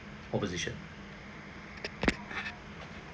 opposition